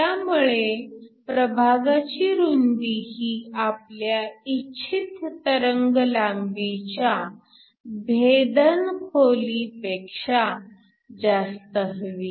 त्यामुळे प्रभागाची रुंदी ही आपल्या इच्छित तरंगलांबीच्या भेदन खोलीपेक्षा जास्त हवी